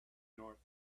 north